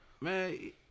Man